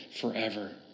forever